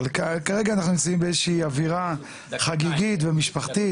אבל כרגע אנחנו נמצאים באיזו שהיא אווירה חגיגית ומשפחתית.